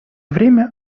время